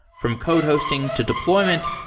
from code hosting, to deployment,